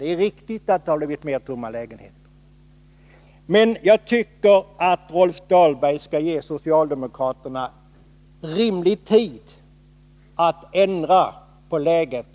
Det är riktigt att det har blivit fler tomma lägenheter. Men jag tycker att Rolf Dahlberg skall ge socialdemokraterna rimlig tid att ändra på läget.